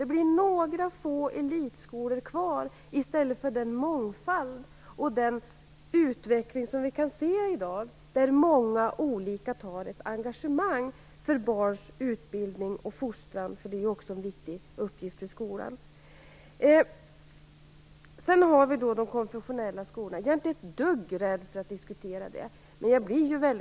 Det blir några få elitskolor kvar i stället för den mångfald och den utveckling vi kan se i dag där många olika människor är engagerade för barns utbildning och fostran. Det är ju också en viktig uppgift för skolan. Jag är inte ett dugg rädd för att diskutera de konfessionella skolorna.